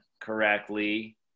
correctly